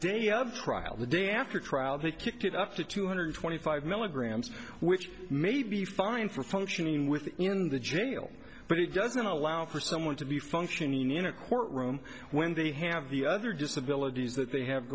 day of trial the day after trial he kicked it up to two hundred twenty five milligrams which may be fine for functioning within the jail but it doesn't allow for someone to be functioning in a court room when they have the other disability that they have